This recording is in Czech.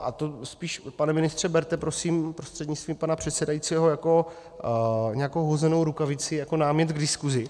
A to spíše, pane ministře, berte, prosím, prostřednictvím pana předsedajícího, jako nějakou hozenou rukavici, jako námět k diskusi.